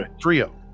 trio